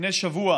לפני שבוע